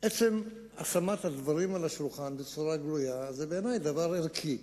עצם הנחת הדברים על השולחן בצורה גלויה זה בעיני דבר ערכי.